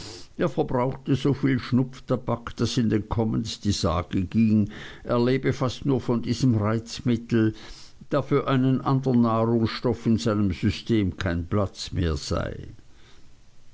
er verbrauchte so viel schnupftabak daß in den commons die sage ging er lebe fast nur von diesem reizmittel da für einen andern nahrungsstoff in seinem system kein platz mehr sei